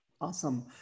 Awesome